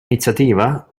iniziativa